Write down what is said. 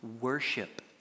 worship